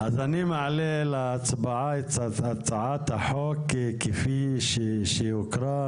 אני מעלה להצבעה את הצעת החוק כפי שהיא הוקראה.